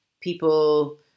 people